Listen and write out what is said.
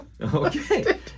Okay